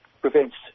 prevents